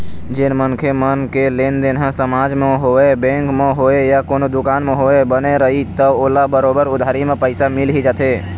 जेन मनखे मन के लेनदेन ह समाज म होवय, बेंक म होवय या कोनो दुकान म होवय, बने रइही त ओला बरोबर उधारी म पइसा मिल ही जाथे